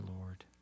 Lord